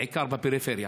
בעיקר בפריפריה.